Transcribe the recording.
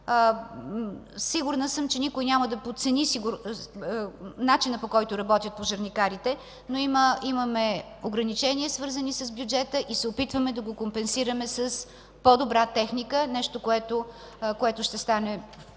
Сигурна съм, че никой няма да подцени начина, по който работят пожарникарите, но имаме ограничения, свързани с бюджета и се опитваме да го компенсираме с по-добра техника – нещо, което ще стане